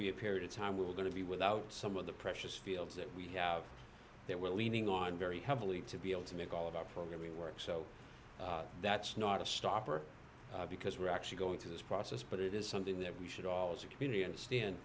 be a period of time we're going to be without some of the precious fields that we have that we're leaning on very heavily to be able to make all of our programming work so that's not a stopper because we're actually going through this process but it is something that we should all as a community understand